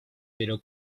pero